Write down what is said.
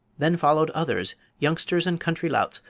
then followed others, youngsters and country louts,